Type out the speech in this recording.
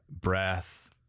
breath